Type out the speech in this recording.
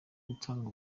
gutanga